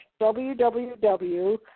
www